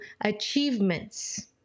achievements